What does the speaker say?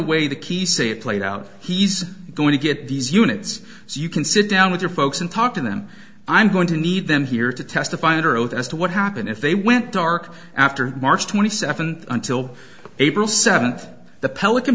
way the key see it played out he's going to get these units so you can sit down with your folks and talk to them i'm going to need them here to testify under oath as to what happened if they went dark after march twenty seventh until april seventh the pelican